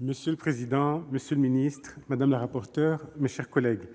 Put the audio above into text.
Monsieur le président, monsieur le secrétaire d'État, madame la rapporteure, mes chers collègues,